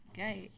Okay